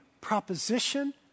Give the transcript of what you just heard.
proposition